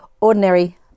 ordinary